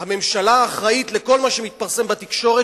הממשלה אחראית לכל מה שמתפרסם בתקשורת,